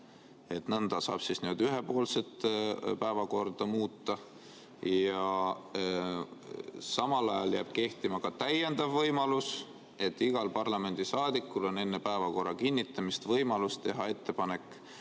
Nõnda saab ühepoolselt päevakorda muuta. Samal ajal jääb kehtima ka täiendav võimalus, et igal parlamendisaadikul on enne päevakorra kinnitamist võimalus teha ettepanek